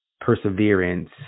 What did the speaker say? perseverance